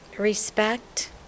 respect